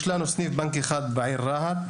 יש לנו סניף בנק אחד בעיר רהט.